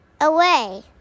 away